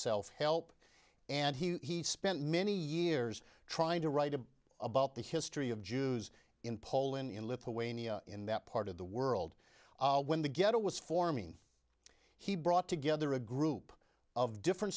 self help and he spent many years trying to write a book about the history of jews in poland in lithuania in that part of the world when the ghetto was forming he brought together a group of different